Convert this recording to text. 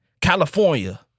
California